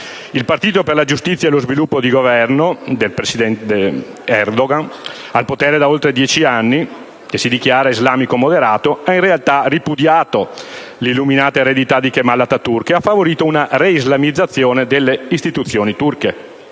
Il Partito per la giustizia e lo sviluppo di governo del *premier* Erdogan, al potere da oltre dieci anni, che si dichiara islamico moderato, ha in verità ripudiato l'illuminata eredità di Kemal Atatürk e ha favorito una reislamizzazione delle istituzioni turche: